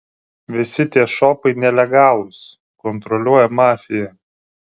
visi tie šopai nelegalūs kontroliuoja mafija